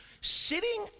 sitting